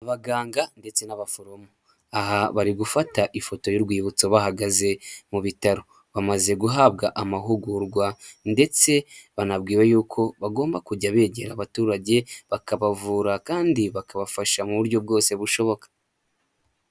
Abaganga ndetse n'abaforomo aha bari gufata ifoto y'urwibutso bahagaze mu bitaro, bamaze guhabwa amahugurwa, ndetse banabwiwe y'uko bagomba kujya begera abaturage bakabavura kandi bakabafasha mu buryo bwose bushoboka.